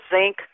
zinc